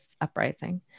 uprising